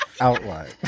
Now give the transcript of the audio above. outline